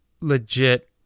legit